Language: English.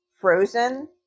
Frozen